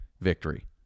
victory